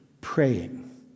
praying